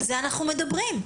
על זה אנחנו מדברים.